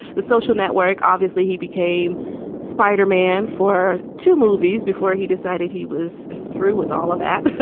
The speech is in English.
the social network, obviously, he became spider-man for two movies before he decided he was through with all of that and,